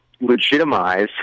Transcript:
legitimize